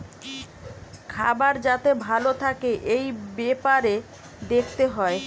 খাবার যাতে ভালো থাকে এই বেপারে দেখতে হয়